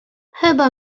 chyba